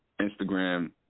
Instagram